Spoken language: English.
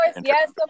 yes